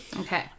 okay